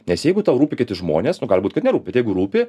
nes jeigu tau rūpi kiti žmonės nu gali būt kad nerūpi tai jeigu rūpi